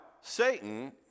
Satan